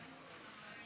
לרשותך.